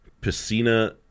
Piscina